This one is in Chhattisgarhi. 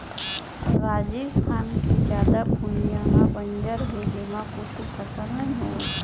राजिस्थान के जादा भुइयां ह बंजर हे जेमा कुछु फसल नइ होवय